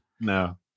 No